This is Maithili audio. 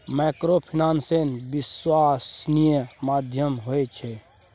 माइक्रोफाइनेंस विश्वासनीय माध्यम होय छै?